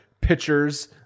pitchers